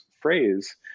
phrase